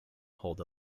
hold